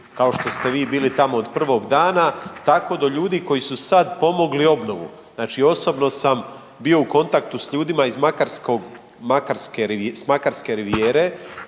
kao što ste vi bili tamo od prvog dana, tako do ljudi koji su sada pomogli obnovu. Znači osobno sam bio u kontaktu sa ljudima iz Makarske rivijere.